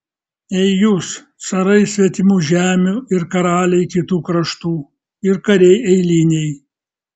ei jūs carai svetimų žemių ir karaliai kitų kraštų ir kariai eiliniai